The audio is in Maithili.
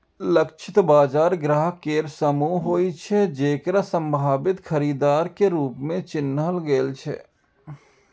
लक्षित बाजार ग्राहक केर समूह होइ छै, जेकरा संभावित खरीदार के रूप मे चिन्हल गेल छै